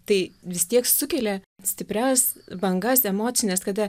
tai vis tiek sukelia stiprias bangas emocines kada